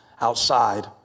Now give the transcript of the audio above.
outside